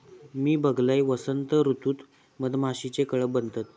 मी बघलंय, वसंत ऋतूत मधमाशीचे कळप बनतत